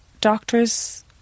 doctors